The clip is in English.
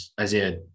Isaiah –